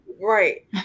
right